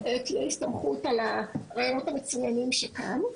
תהיה הסתמכות על הרעיונות המצוינים שכאן.